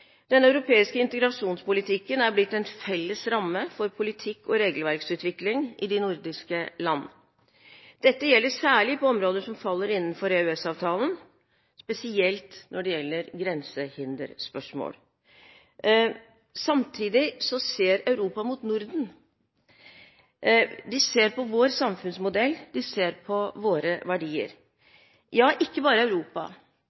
Den europeiske integrasjonspolitikken er blitt en felles ramme for politikk og regelverksutvikling i de nordiske land. Dette gjelder særlig på områder som faller innenfor EØS-avtalen, spesielt når det gjelder grensehinderspørsmål. Samtidig ser Europa mot Norden, de ser på vår samfunnsmodell, de ser på våre verdier. Ja, ikke bare i Europa: